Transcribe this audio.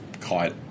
caught